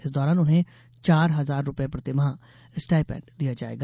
इस दौरान उन्हें चार हजार रूपये प्रति माह स्टाईपैंड दिया जायेगा